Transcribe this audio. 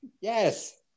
Yes